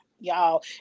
y'all